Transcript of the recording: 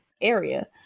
area